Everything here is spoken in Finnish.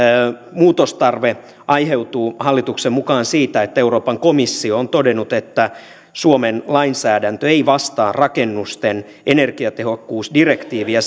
muutostarve aiheutuu hallituksen mukaan siitä että euroopan komissio on todennut että suomen lainsäädäntö ei vastaa rakennusten energiatehokkuusdirektiiviä